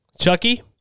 Chucky